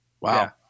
Wow